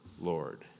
Lord